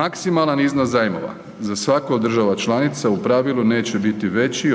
Maksimalan iznos zajmova za svaku od država članica u pravilu neće biti